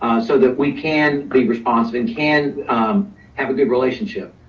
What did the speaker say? so that we can be responsive and can have a good relationship.